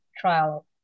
trial